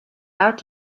out